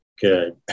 good